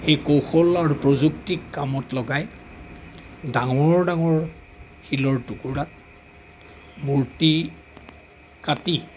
সেই কৌশল আৰু প্ৰযুক্তিক কামত লগাই ডাঙৰ ডাঙৰ শিলৰ টুকুৰাত মূৰ্তি কাটি